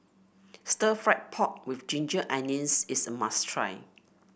Stir Fried Pork with Ginger Onions is a must try